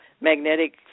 magnetic